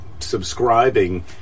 subscribing